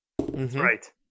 Right